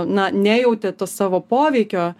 na nejautė to savo poveikio